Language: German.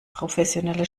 professionelle